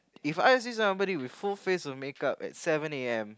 If I would see somebody with full face of makeup at seven a_m